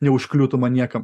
neužkliūtuma niekam